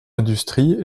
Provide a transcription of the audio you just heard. industrie